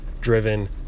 driven